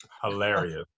Hilarious